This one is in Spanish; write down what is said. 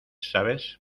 sabes